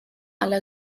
aller